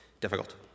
difficult